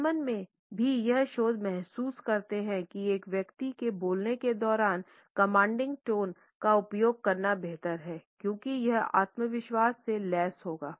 German भी यह शोध महसूस करते हैं कि एक व्यक्ति के बोलने के दौरान कमांडिंग टोन का उपयोग करना बेहतर है क्योंकि यह आत्मविश्वास से लैस होगा